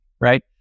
right